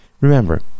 Remember